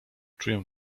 czuję